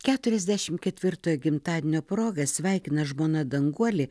keturiasdešim ketvirtojo gimtadienio proga sveikina žmona danguolė